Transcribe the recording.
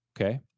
Okay